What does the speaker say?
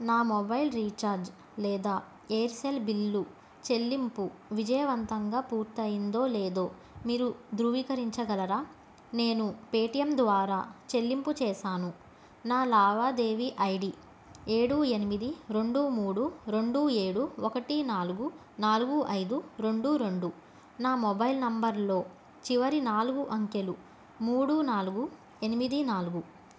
నా mobile recharge లేదా Aircel bill చెల్లింపు విజయవంతంగా పూర్తయిందో లేదో మీరు ధృవీకరించగలరా నేను పేటీఎం ద్వారా చెల్లింపు చేశాను నా లావాదేవీ ఐ డీ ఏడు ఎనిమిది రెండు మూడు రెండు ఏడు ఒకటి నాలుగు నాలుగు ఐదు రెండు రెండు నా మొబైల్ నెంబర్లో చివరి నాలుగు అంకెలు మూడు నాలుగు ఎనిమిది నాలుగు